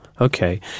Okay